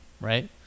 right